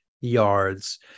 yards